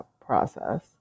process